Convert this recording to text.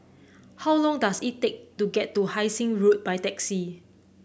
how long does it take to get to Hai Sing Road by taxi